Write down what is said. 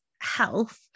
health